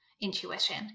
intuition